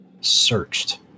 searched